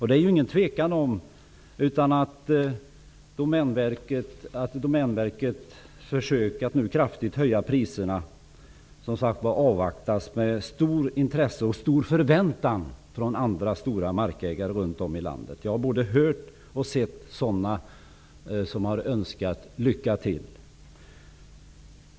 Det är inget tvivel om att Domänverkets försök att nu kraftigt höja priserna avvaktas med stort intresse och stor förväntan från andra stora markägare runt om i landet. Jag har både hört och sett att man har önskat lycka till.